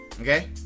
Okay